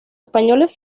españoles